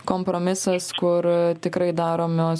kompromisas kur tikrai daromos